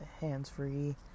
hands-free